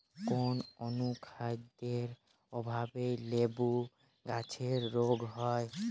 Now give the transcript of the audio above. কোন অনুখাদ্যের অভাবে লেবু গাছের রোগ হয়?